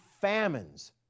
famines